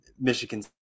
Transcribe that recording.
Michigan